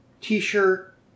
t-shirt